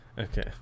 okay